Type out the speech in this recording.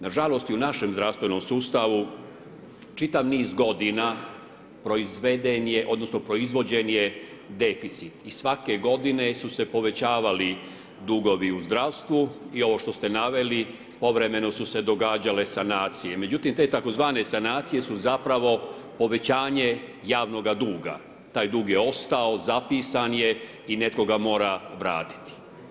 Na žalost i u našem zdravstvenom sustavu čitav niz godina proizveden je, odnosno proizvođen je deficit i svake godine su se povećavali dugovi u zdravstvu i ovo što ste naveli, povremeno su se događale sanacije, međutim tzv. sanacije su zapravo povećanje javnog duga, taj dug je ostao, zapisan je i nekoga mora vratiti.